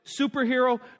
superhero